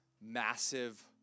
massive